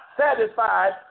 satisfied